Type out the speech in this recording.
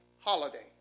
holiday